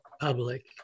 public